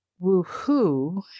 woohoo